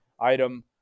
item